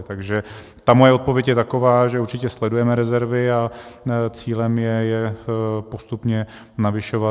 Takže moje odpověď je taková, že určitě sledujeme rezervy a cílem je je postupně navyšovat.